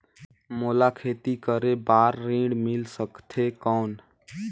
मोला खेती करे बार ऋण मिल सकथे कौन?